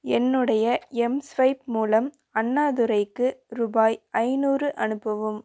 என்னுடைய எம்ஸ்வைப் மூலம் அண்ணாதுரைக்கு ருபாய் ஐந்நூறு அனுப்பவும்